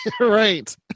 Right